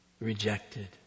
rejected